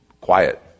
quiet